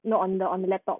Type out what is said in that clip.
no on the on the laptop